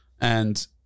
And-